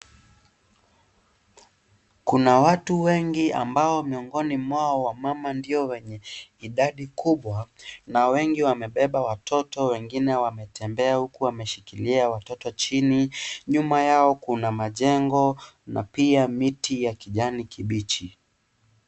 Kuna watu wengi ambao miongoni mwao wamama ndiyo wenye idadi kubwa na wengi wamebeba watoto wengine wanatembea huku wameshikilia watoto chini, nyuma yao kuna majengo na pia miti ya kijani kibichi.